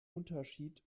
unterschied